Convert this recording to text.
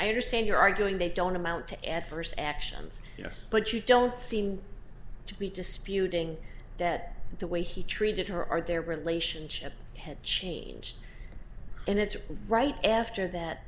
i understand you're arguing they don't amount to at first actions yes but you don't seem to be disputing that the way he treated her our their relationship had changed and it's right after that